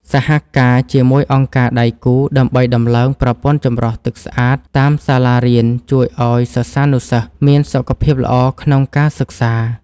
សហការជាមួយអង្គការដៃគូដើម្បីដំឡើងប្រព័ន្ធចម្រោះទឹកស្អាតតាមសាលារៀនជួយឱ្យសិស្សានុសិស្សមានសុខភាពល្អក្នុងការសិក្សា។